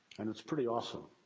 and it's pretty awesome.